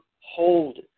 hold